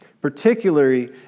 particularly